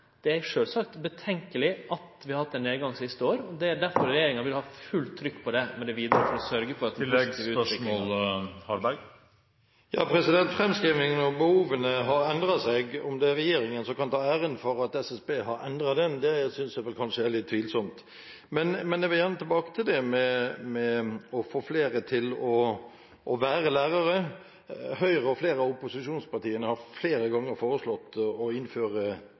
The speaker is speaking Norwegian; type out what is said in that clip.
det er sjølvsagt urovekkjande at vi har hatt ein nedgang siste år. Det er derfor regjeringa vil ha fullt trykk på det vidare og sørgje for at den gode utviklinga held fram. Framskrivingen av behovene har endret seg. Om det er regjeringen som kan ta æren for at SSB har endret den, synes jeg kanskje er litt tvilsomt. Men jeg vil gjerne tilbake til det med å få flere til å være lærere. Høyre og flere av opposisjonspartiene har flere ganger foreslått å innføre